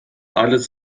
alles